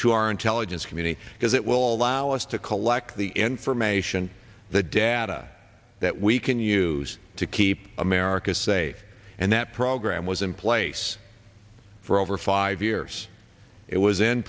to our intelligence community because it will allow us to collect the information the data that we can use to keep america safe and that program was in place for over five years it was in